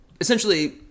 essentially